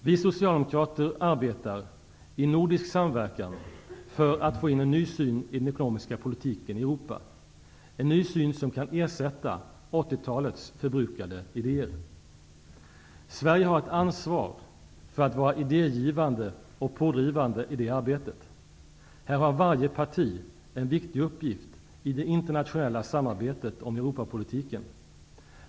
Vi socialdemokrater arbetar -- i nordisk samverkan -- för att få in en ny syn i den ekonomiska politiken i Europa, en ny syn, som kan ersätta 80-talets förbrukade idéer. Sverige har ett ansvar att vara idégivande och pådrivande i det arbetet. Här har varje parti en viktig uppgift i det internationella samarbetet om Europapolitiken.